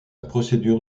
procédure